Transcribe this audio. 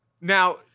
Now